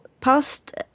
past